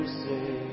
say